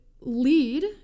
lead